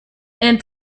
and